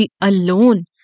alone